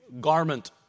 garment